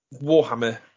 Warhammer